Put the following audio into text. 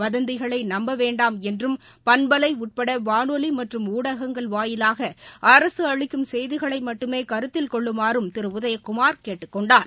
வதந்திகளை நம்ப வேண்டாம் என்றும் பண்பலை உட்பட வானொலி மற்றும் ஊடகங்கள் வாயிலாக அரசு அளிக்கும் செய்திகளை மட்டுமே கருத்தில் கொள்ளுமாறும் திரு உதயகுமார் கேட்டுக் கொண்டார்